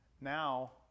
now